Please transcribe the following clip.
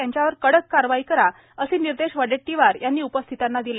त्यांच्यावर कडक कारवाई करा असे निर्देश वडेट्टीवार यांनी उपस्थितांना दिले